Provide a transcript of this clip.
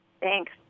Thanks